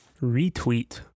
Retweet